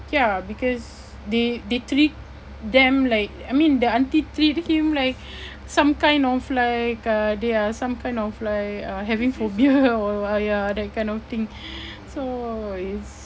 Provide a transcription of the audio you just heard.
ya because they they treat them like I mean the aunty treat him like some kind of like uh they are some kind of like uh having phobia or !aiya! that kind of thing so it's